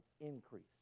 increase